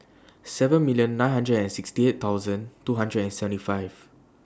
seven million nine hundred and sixty eight thousand two hundred and seventy five